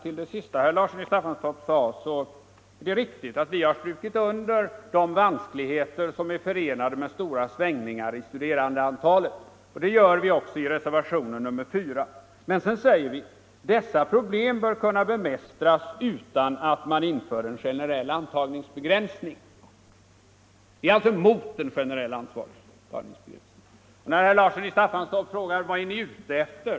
Herr talman! Det är riktigt att vi har strukit under de vanskligheter som är förenade med stora svängningar i studerandeantalet, och det gör vi också i reservationen 4. Samtidigt säger vi emellertid: ”Men dessa problem bör kunna bemästras utan att man inför en generell antagningsbegränsning.” Vi är alltså emot en generell antagningsbegränsning. Herr Larsson i Staffanstorp frågar: Vad är ni ute efter?